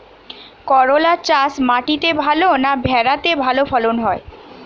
করলা চাষ মাটিতে ভালো না ভেরাতে ভালো ফলন হয়?